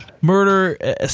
murder